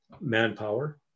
manpower